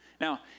Now